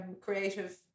creative